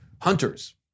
hunters